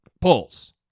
polls